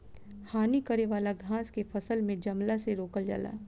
हानि करे वाला घास के फसल में जमला से रोकल जाला